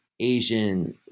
Asian